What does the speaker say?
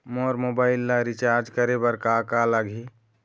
मोर mobile ला recharge करे बर का का लगही?